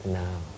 now